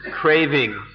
craving